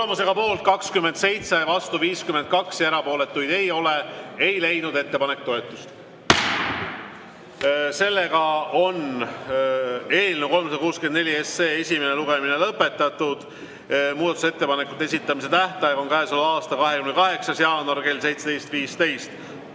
Tulemusega poolt 27, vastu 52 ja erapooletuid ei ole, ei leidnud ettepanek toetust. Eelnõu 364 esimene lugemine on lõpetatud. Muudatusettepanekute esitamise tähtaeg on käesoleva aasta 28. jaanuar kell 17.15.